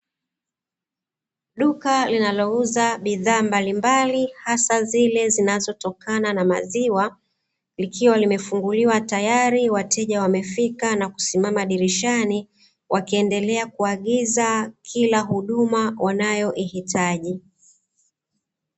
Duka linalouza bidhaa mbalimbali hasa zile zinazotokana na maziwa likiwa limefunguliwa, tayari wateja wamefika na kusimama dirishani wakiendelea kuagiza kila huduma wanayoihitaji.